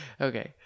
Okay